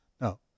No